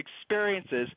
experiences